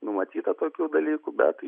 numatyta tokių dalykų bet